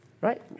right